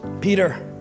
Peter